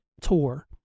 tour